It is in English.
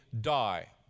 die